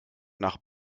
nach